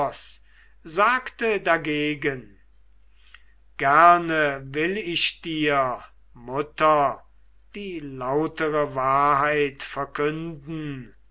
sagte dagegen gerne will ich dir mutter die lautere wahrheit verkünden